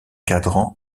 cadran